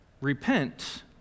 Repent